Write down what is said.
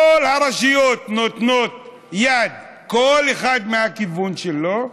כל הרשויות נותנות יד, כל אחת מהכיוון שלה,